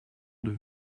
deux